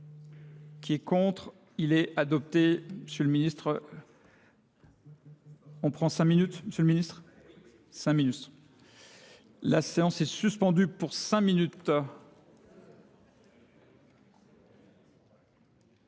qui est contre. Il est adopté, monsieur le ministre. On prend cinq minutes, monsieur le ministre ? Cinq minutes. La séance est suspendue pour cinq minutes.